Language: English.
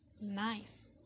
nice